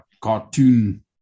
cartoon